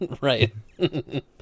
Right